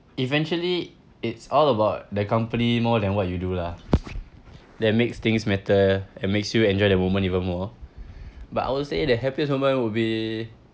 eventually it's all about the company more than what you do lah that makes things matter and makes you enjoy the moment even more but I will say the happiest moment will be